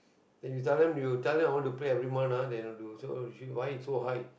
then you tell them you tell them I want to pay every month ah they show why so high